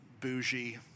bougie